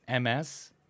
ms